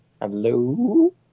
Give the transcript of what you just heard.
Hello